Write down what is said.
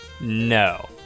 No